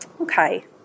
Okay